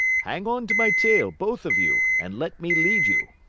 hang onto my tail, both of you, and let me lead you.